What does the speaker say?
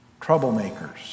Troublemakers